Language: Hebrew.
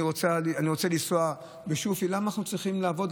אני רוצה לנסוע, למה אני צריך לעבוד?